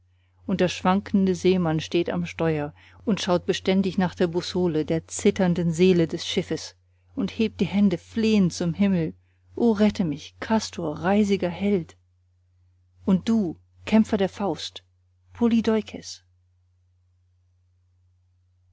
und der schwankende seemann steht am steuer und schaut beständig nach der bussole der zitternden seele des schiffes und hebt die hände flehend zum himmel o rette mich kastor reisiger held und du kämpfer der faust